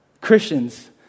Christians